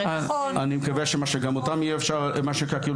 אני מקווה שגם אותם יהיה אפשר לרתום.